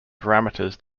parameters